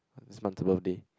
this month her birthday